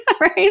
right